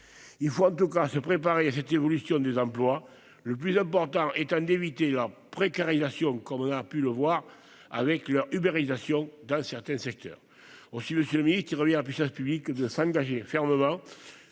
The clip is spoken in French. Il faut en tout cas se préparer à une évolution des emplois, le plus important étant d'éviter leur précarisation, cette ubérisation que l'on a pu regretter dans certains secteurs. Aussi, monsieur le ministre, il revient à la puissance publique de s'engager fermement